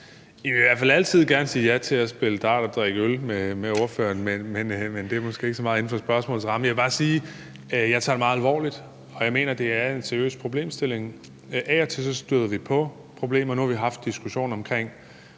vil i hvert fald altid gerne sige ja til at spille dart og drikke øl med ordføreren, men det er måske ikke så meget inden for spørgsmålets ramme. Jeg vil bare sige, at jeg tager det meget alvorligt. Jeg mener, at det er en seriøs problemstilling. Af og til støder vi på problemer. Nu har vi haft diskussionen omkring